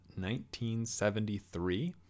1973